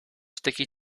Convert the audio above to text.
sticky